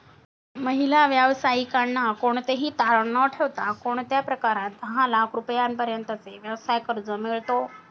महिला व्यावसायिकांना कोणतेही तारण न ठेवता कोणत्या प्रकारात दहा लाख रुपयांपर्यंतचे व्यवसाय कर्ज मिळतो?